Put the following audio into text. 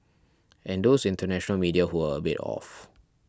and those international media who were a bit off